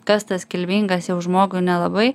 kas tas kilmingas jau žmogui nelabai